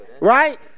Right